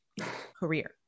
career